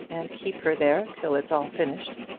and keep her there till it's all finished.